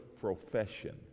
profession